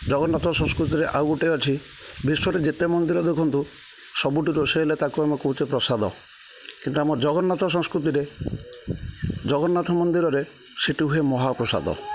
ଜଗନ୍ନାଥ ସଂସ୍କୃତିରେ ଆଉ ଗୋଟେ ଅଛି ବିଶ୍ୱରେ ଯେତେ ମନ୍ଦିର ଦେଖନ୍ତୁ ସବୁଠି ରୋଷେଇ ହେଲେ ତାକୁ ଆମେ କହୁଚେ ପ୍ରସାଦ କିନ୍ତୁ ଆମ ଜଗନ୍ନାଥ ସଂସ୍କୃତିରେ ଜଗନ୍ନାଥ ମନ୍ଦିରରେ ସେଠୁ ହୁଏ ମହାପ୍ରସାଦ